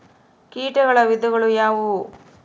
ಕೇಟಗಳ ವಿಧಗಳು ಯಾವುವು?